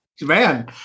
Man